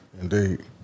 Indeed